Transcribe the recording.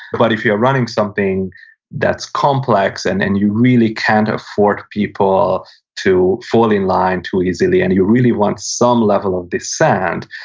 but if you're running something that's complex, and and you really can't afford people to fall in line too easily, and really want some level of descent,